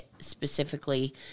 specifically